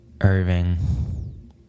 Irving